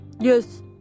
Yes